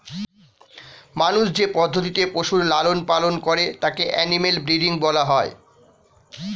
মানুষ যে পদ্ধতিতে পশুর লালন পালন করে তাকে অ্যানিমাল ব্রীডিং বলা হয়